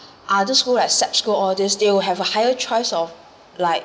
others school like sec school all these they will have a higher choice of like